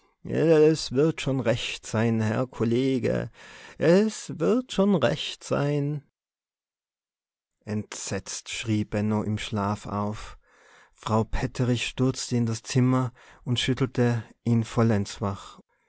es wird schon recht sein herr kollege es wird schon recht sein entsetzt schrie benno im schlaf auf frau petterich stürzte in das zimmer und schüttelte ihn vollends wach